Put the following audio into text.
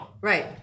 Right